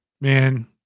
man